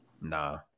Nah